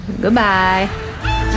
goodbye